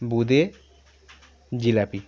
বোঁদে jalebi